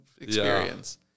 experience